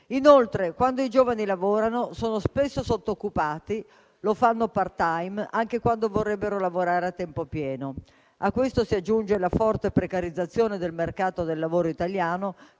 Inoltre, quando i giovani lavorano sono spesso sottooccupati o lo fanno *part-time* anche quando vorrebbero farlo a tempo pieno. A questo si aggiunge la forte precarizzazione del mercato del lavoro italiano,